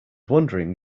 wondering